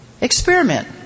experiment